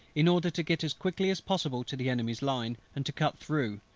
in order to get as quickly as possible to the enemy's line and to cut through,